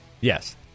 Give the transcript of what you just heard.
Yes